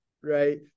right